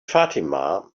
fatima